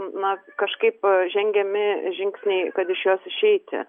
na kažkaip žengiami žingsniai kad iš jos išeiti